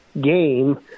game